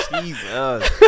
Jesus